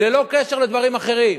ללא קשר לדברים אחרים.